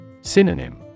Synonym